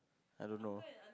I don't know